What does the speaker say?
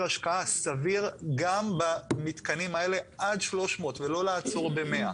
השקעה סביר גם במתקנים האלה עד 300 ולא לעצור ב-100.